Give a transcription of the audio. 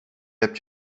hebt